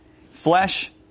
Flesh